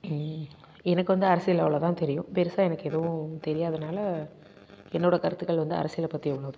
எனக்கு வந்து அரசியல் அவ்வளோ தான் தெரியும் பெருசாக எனக்கு எதுவும் தெரியாதனால் என்னோடய கருத்துக்கள் வந்து அரசியலை பற்றி ஒன்றுல்ல